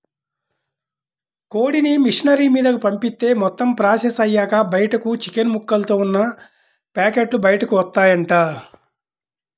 కోడిని మిషనరీ మీదకు పంపిత్తే మొత్తం ప్రాసెస్ అయ్యాక బయటకు చికెన్ ముక్కలతో ఉన్న పేకెట్లు బయటకు వత్తాయంట